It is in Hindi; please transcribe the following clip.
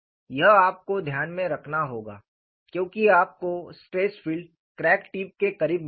यह आपको ध्यान में रखना होगा क्योंकि आपको स्ट्रेस फील्ड क्रैक टिप के करीब मिला है